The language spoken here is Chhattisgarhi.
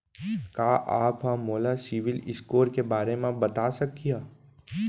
का आप हा मोला सिविल स्कोर के बारे मा बता सकिहा?